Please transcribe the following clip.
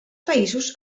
països